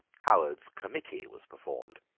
howard's committee was performed.